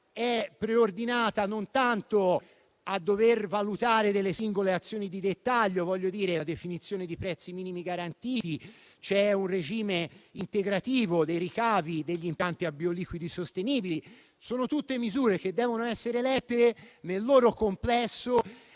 è finalizzata soltanto a valutare le singole azioni di dettaglio - la definizione dei prezzi minimi garantiti e un regime integrativo dei ricavi degli impianti a bioliquidi sostenibili - che sono tutte misure che devono essere lette nel loro complesso,